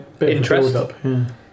interest